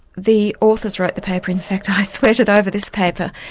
the authors wrote the paper, in fact i sweated over this paper,